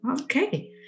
Okay